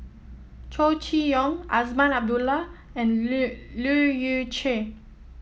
Chow Chee Yong Azman Abdullah and Leu Yew Chye